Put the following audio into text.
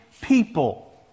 people